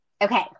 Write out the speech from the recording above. Okay